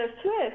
swift